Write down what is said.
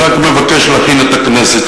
אני רק מבקש להכין את הכנסת,